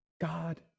God